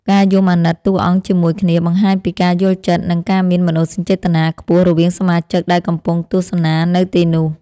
ការយំអាណិតតួអង្គជាមួយគ្នាបង្ហាញពីការយល់ចិត្តនិងការមានមនោសញ្ចេតនាខ្ពស់រវាងសមាជិកដែលកំពុងទស្សនានៅទីនោះ។